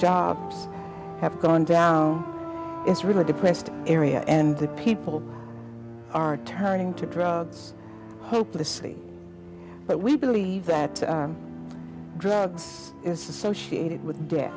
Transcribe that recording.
and have gone down it's really depressed area and the people are turning to drugs hopelessly but we believe that drugs is associated with